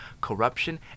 corruption